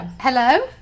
Hello